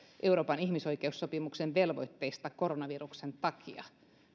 euroopan ihmisoikeussopimuksen velvoitteista koronaviruksen takia